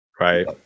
right